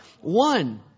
one